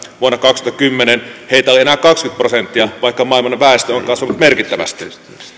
vuonna kaksituhattakymmenen heitä oli enää kaksikymmentä prosenttia vaikka maailman väestö on kasvanut merkittävästi